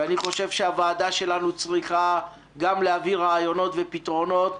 ואני חושב שהוועדה שלנו צריכה גם להביא רעיונות ופתרונות.